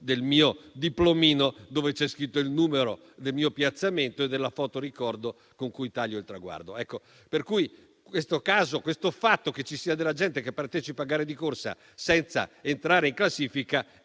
del mio diplomino dove c'è scritto il numero del mio piazzamento e della foto ricordo del momento in cui taglio il traguardo. Il fatto che ci sia della gente che partecipa a gare di corsa senza entrare in classifica